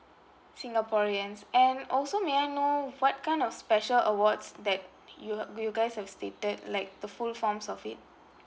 singaporeans and also may I know what kind of special awards that you you guys have stated like the full forms of it